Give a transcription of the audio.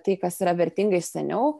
tai kas yra vertinga iš seniau